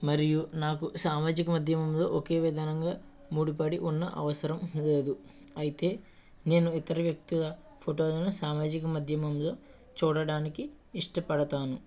మరియు నాకు సామాజిక మాధ్యమంలో ఒకే విధానంగా ముడిపడి ఉన్న అవసరం లేదు అయితే నేను ఇతర వ్యక్తుల ఫోటోలను సామాజిక మాధ్యమంలో చూడడానికి ఇష్టపడతాను